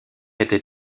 était